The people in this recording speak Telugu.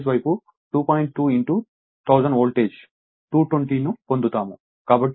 2 1000 వోల్టేజ్ 220 ను పొందుతాము